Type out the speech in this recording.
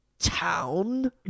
Town